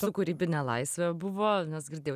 su kūrybine laisve buvo nes girdėjau